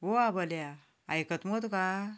ओ आबोल्या आयकता मगो तुकां